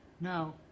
Now